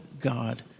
God